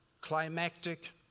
climactic